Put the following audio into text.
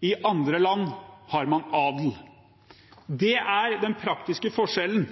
i andre land har man adel. Det er den praktiske forskjellen.